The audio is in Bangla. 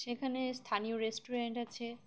সেখানে স্থানীয় রেস্টুরেন্ট আছে